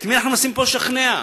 את מי אנחנו מנסים לשכנע פה?